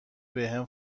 بهم